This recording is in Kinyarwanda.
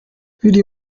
biri